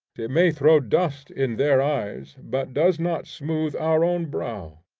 it may throw dust in their eyes, but does not smooth our own brow,